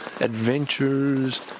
adventures